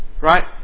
Right